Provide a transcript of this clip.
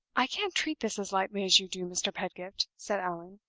i can't treat this as lightly as you do, mr. pedgift, said allan.